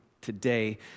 today